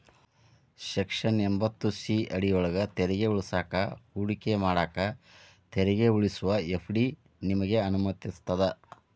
section ಎಂಭತ್ತು C ಅಡಿಯೊಳ್ಗ ತೆರಿಗೆ ಉಳಿಸಾಕ ಹೂಡಿಕೆ ಮಾಡಾಕ ತೆರಿಗೆ ಉಳಿಸುವ ಎಫ್.ಡಿ ನಿಮಗೆ ಅನುಮತಿಸ್ತದ